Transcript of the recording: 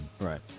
right